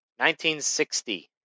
1960